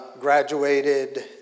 graduated